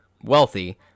wealthy